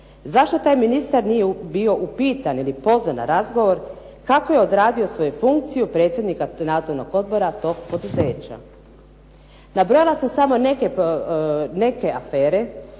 Zašto taj ministar nije bio upitan ili pozvan na razgovor kako je odradio svoju funkciju predsjednika nadzornog odbora tog poduzeća. Nabrojala sam samo neke afere